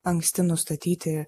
anksti nustatyti